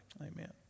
Amen